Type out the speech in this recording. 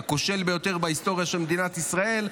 הכושל ביותר בהיסטוריה של מדינת ישראל,